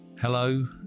Hello